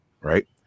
right